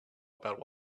about